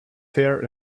fair